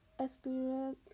experience